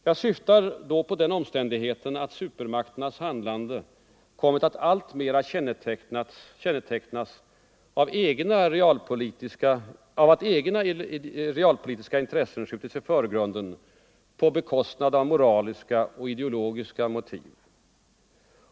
Jag syftar på den omständigheten att supermakternas handlande kommit att alltmera kännetecknas av att egna realpolitiska intressen skjutits i förgrunden på bekostnad av moraliska och ideologiska motiv.